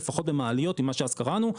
ללפחות במעליות ממה שאז קראנו,